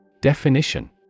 Definition